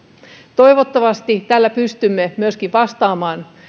toivottavasti tällä pystymme vastaamaan